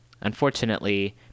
Unfortunately